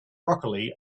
broccoli